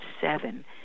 seven